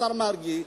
השר מרגי,